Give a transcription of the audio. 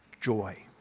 joy